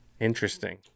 Interesting